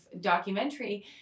documentary